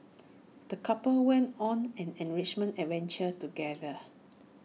the couple went on an enriching adventure together